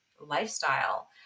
lifestyle